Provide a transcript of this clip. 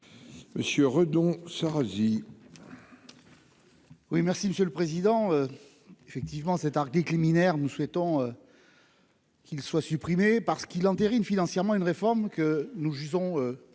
Monsieur Redon Sarah il. Oui, merci Monsieur le Président. Effectivement cet article liminaire nous souhaitons. Qu'ils soient supprimées parce qu'il entérine financièrement une réforme que nous visons